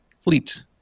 fleet